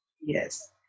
Yes